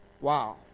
Wow